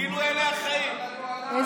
כאילו אלה החיים, כל היום במסעדות.